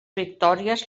victòries